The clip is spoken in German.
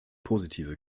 positive